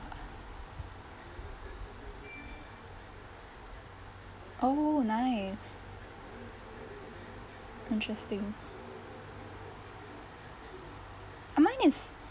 oh nice interesting ah mine is